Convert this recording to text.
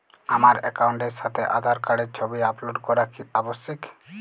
আমার অ্যাকাউন্টের সাথে আধার কার্ডের ছবি আপলোড করা কি আবশ্যিক?